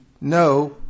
No